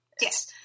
Yes